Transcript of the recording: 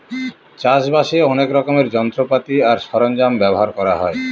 চাষ বাসে অনেক রকমের যন্ত্রপাতি আর সরঞ্জাম ব্যবহার করা হয়